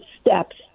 steps